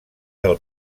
del